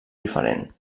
diferent